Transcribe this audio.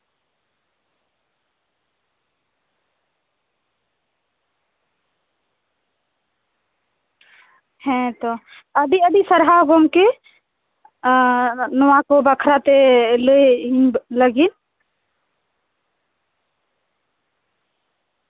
ᱦᱮᱸᱛᱚ ᱟᱹᱰᱤ ᱟᱹᱰᱤ ᱥᱟᱨᱦᱟᱣ ᱜᱚᱝᱠᱮ ᱱᱚᱣᱟᱠᱚ ᱵᱟᱠᱷᱨᱟᱛᱮ ᱞᱟᱹᱭ ᱞᱟᱹᱜᱤᱫ